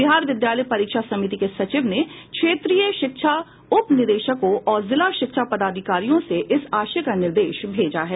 बिहार विद्यालय परीक्षा समिति के सचिव ने क्षेत्रीय शिक्षा उप निदेशकों और जिला शिक्षा पदाधिकारियों से इस आशय का निर्देश भेजा है